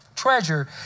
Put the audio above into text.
treasure